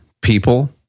people